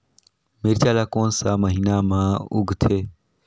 मिरचा ला कोन सा महीन मां उगथे?